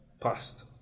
past